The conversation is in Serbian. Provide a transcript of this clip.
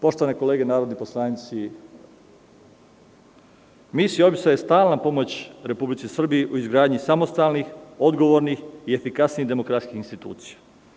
Poštovane kolege narodni poslanici, Misija OEBS je stalna pomoć Republici Srbiji u izgradnji samostalnih odgovornih i efikasnijih demokratskih institucija.